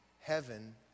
heaven